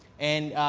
and,